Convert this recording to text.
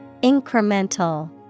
Incremental